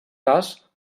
cas